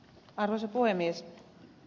arvoisa puhemies